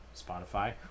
Spotify